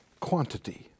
Quantity